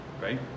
right